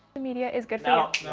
the media is good for